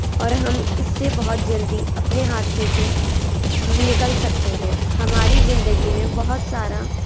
اور ہم اس سے بہت جلدی اپنے حادثے سے نکل سکتے ہیں ہماری زندگی میں بہت سارا